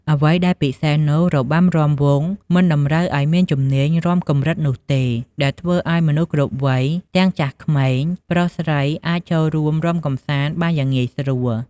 អ្វីដែលពិសេសនោះ របាំរាំវង់មិនតម្រូវឲ្យមានជំនាញរាំកម្រិតនោះទេ ដែលធ្វើឲ្យមនុស្សគ្រប់វ័យ ទាំងចាស់ក្មេង ប្រុសស្រី អាចចូលរួមរាំកម្សាន្តបានយ៉ាងងាយស្រួល។